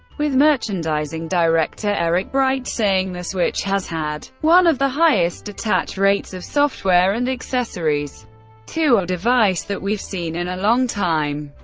with merchandising director eric bright saying the switch has had one of the highest attach rates of software and accessories to a device that we've seen in a long time.